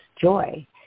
joy